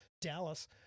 Dallas